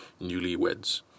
newlyweds